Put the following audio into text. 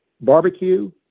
Barbecue